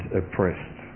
oppressed